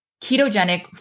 ketogenic